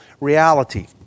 reality